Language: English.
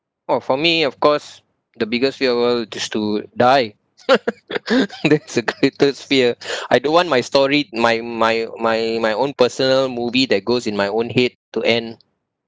oh for me of course the biggest fear will is to die that's the greatest fear I don't want my story my my my my own personal movie that goes in my own head to end